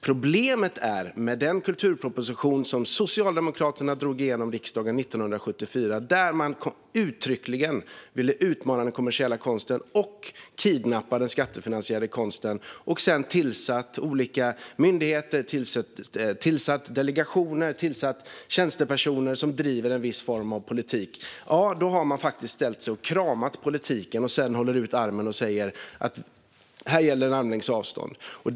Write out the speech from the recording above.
Problemet är att i den kulturproposition som Socialdemokraterna drog genom riksdagen 1974 ville man uttryckligen utmana den kommersiella konsten och kidnappa den skattefinansierade konsten. Sedan tillsatte man olika myndigheter, delegationer och tjänstepersoner som drev en viss form av politik. Därmed ställde man sig och kramade politiken, höll ut armen och sa att det är armlängds avstånd som gäller.